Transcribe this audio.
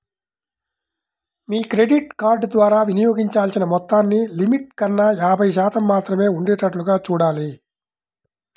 మీ credit card ద్వారా వినియోగించాల్సిన మొత్తాన్ని లిమిట్ కన్నా యాభై శాతం మాత్రమే ఉండేటట్లుగా చూడాలి